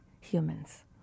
humans